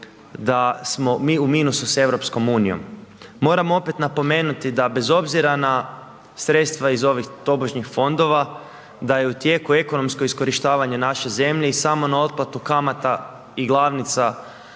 da smo mi u minusu s EU. Moram opet napomenuti da bez obzira na sredstva iz ovih tobožnjih fondova da je u tijeku ekonomsko iskorištavanje naše zemlje i samo na otplatu kamata i glavnica